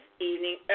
evening